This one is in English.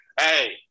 hey